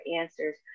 answers